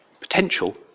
potential